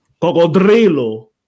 Cocodrilo